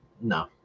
No